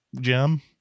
gem